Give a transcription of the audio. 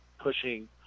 pushing